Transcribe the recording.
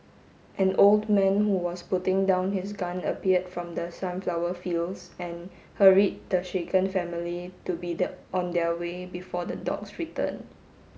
an old man who was putting down his gun appeared from the sunflower fields and hurried the shaken family to be that on their way before the dogs returned